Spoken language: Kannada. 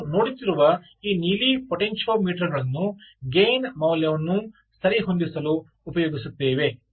ಈಗ ನೀವು ನೋಡುತ್ತಿರುವ ಈ ನೀಲಿ ಪೊಟೆನ್ಟಿಯೊಮೀಟರ್ಗಳನ್ನು ಗೈನ್ ಮೌಲ್ಯವನ್ನು ಸರಿಹೊಂದಿಸಲು ಉಪಯೋಗಿಸುತ್ತೇವೆ